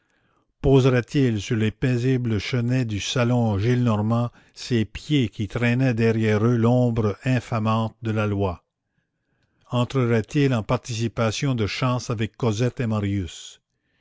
poserait il sur les paisibles chenets du salon gillenormand ses pieds qui traînaient derrière eux l'ombre infamante de la loi entrerait il en participation de chances avec cosette et marius